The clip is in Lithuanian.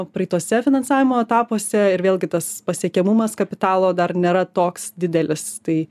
praeituose finansavimo etapuose ir vėlgi tas pasiekiamumas kapitalo dar nėra toks didelis tai